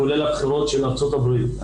כולל הבחירות בארצות הברית.